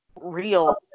real